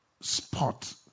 spot